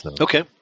okay